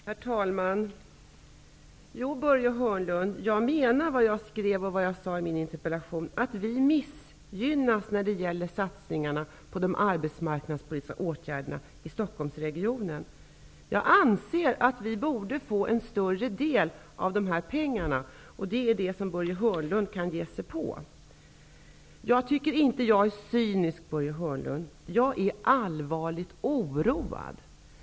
Herr talman! Jo, Börje Hörnlund, jag menar vad jag skrev i min interpellation. Vi missgynnas i Stockholmsregionen när det gäller satsningar på arbetsmarknadspolitiska åtgärder. Jag anser att vi borde få en större del av dessa pengar, och det kan Börje Hörnlund ge sig på. Jag är inte cynisk, Börje Hörnlund. Jag är allvarligt oroad.